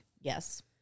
Yes